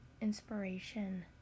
inspiration